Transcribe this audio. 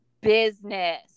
business